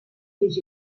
fins